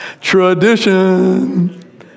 Tradition